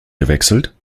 gewechselt